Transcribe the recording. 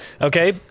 Okay